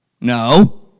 No